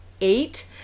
eight